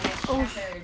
was shattered